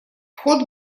вход